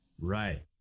Right